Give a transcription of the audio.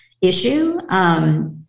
issue